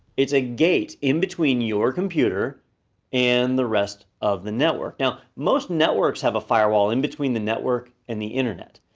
it's a gate in between your computer and the rest of the network. now, most networks have a firewall in between the network and the internet,